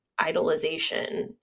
idolization